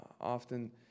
often